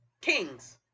kings